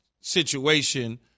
situation